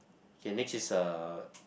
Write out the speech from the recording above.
okay next is a